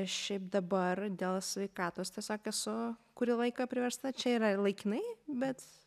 šiaip dabar dėl sveikatos tiesiog esu kurį laiką priversta čia yra laikinai bet